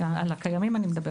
אני מדברת על הקיימים.